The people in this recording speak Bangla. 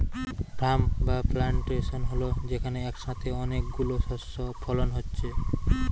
ফার্ম বা প্লানটেশন হল যেখানে একসাথে অনেক গুলো শস্য ফলন হচ্ছে